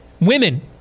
women